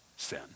sin